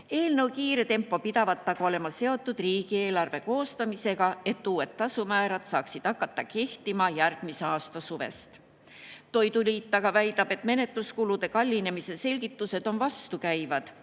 Eelnõu kiire tempo pidavat aga olema seotud riigieelarve koostamisega, et uued tasumäärad saaksid hakata kehtima järgmise aasta suvest. Toiduliit aga väidab, et menetluskulude kallinemise selgitused on vastukäivad